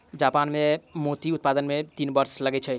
Japan मे मोती उत्पादन मे तीन वर्ष लगै छै